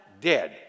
dead